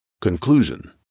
Conclusion